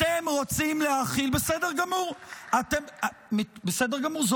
אתם רוצים להחיל, בסדר גמור.